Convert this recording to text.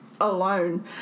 Alone